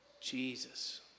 Jesus